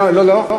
לא, לא.